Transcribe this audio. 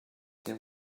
they